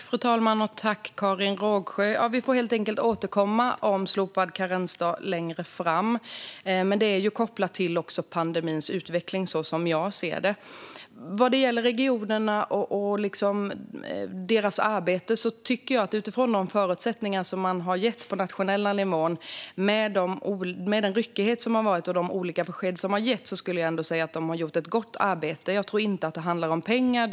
Fru talman! Vi får helt enkelt återkomma längre fram när det gäller slopad karensdag. Men detta är också, som jag ser det, kopplat till pandemins utveckling. Vad gäller regionerna och deras arbete tycker jag ändå att de, utifrån de förutsättningar som getts från den nationella nivån och med den ryckighet som har varit och de olika besked som har getts, har gjort ett gott arbete. Jag tror inte att det handlar om pengar.